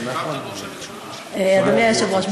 אדוני היושב-ראש,